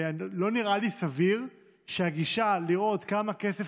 לא נראה לי סביר שהגישה לראות כמה כסף